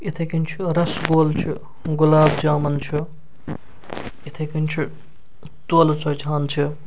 یِتھٕے کٔنۍ چھُ رَسگولہٕ چھُ گولاب جامَن چھُ یِتھٕے کٔنۍ چھُ تۄلہٕ ژھوچہٕ ہَن چھِ